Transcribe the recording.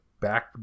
back